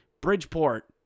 Bridgeport